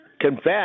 Confess